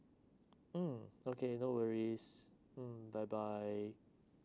mm okay no worries mm bye bye